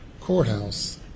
courthouse